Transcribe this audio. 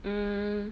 mm